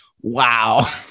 wow